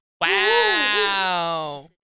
Wow